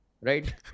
right